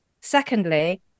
Secondly